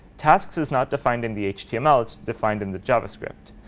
tasks is not defined in the html. it's defined in the javascript.